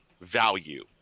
value